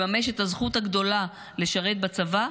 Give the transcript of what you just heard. לממש את הזכות הגדולה לשרת בצבא,